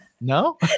no